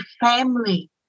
family